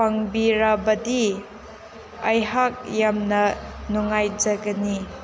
ꯄꯥꯡꯕꯤꯔꯕꯗꯤ ꯑꯩꯍꯥꯛ ꯌꯥꯝꯅ ꯅꯨꯡꯉꯥꯏꯖꯒꯅꯤ